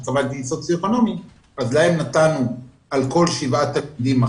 להם נתנו מחשב לכל שבעה תלמידים.